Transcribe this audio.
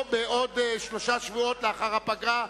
או בעוד שלושה שבועות, לאחר הפגרה,